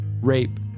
rape